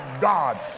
God